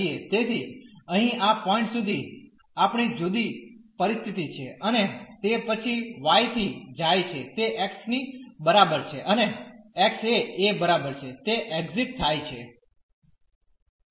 તેથી અહીં આ પોઈન્ટ સુધી આપણી જુદી પરિસ્થિતિ છે અને તે પછી y થી જાય છે તે x ની બરાબર છે અને x એ a બરાબર છે તે એક્ઝીટ થાય છે